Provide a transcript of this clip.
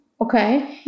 Okay